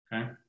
okay